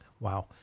Wow